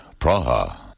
Praha